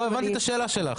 לא, הבנתי את השאלה שלך.